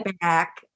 back